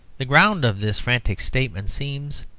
the ground of this frantic statement seems,